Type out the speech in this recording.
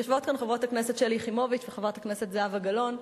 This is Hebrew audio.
יושבות כאן חברת הכנסת שלי יחימוביץ וחברת הכנסת זהבה גלאון,